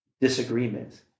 disagreements